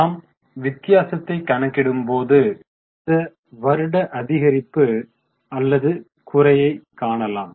நாம் வித்தியாசத்தை கணக்கிடும் போது இந்த வருட அதிகரிப்பு அல்லது குறை காணலாம்